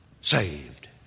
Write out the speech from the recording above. Saved